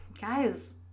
Guys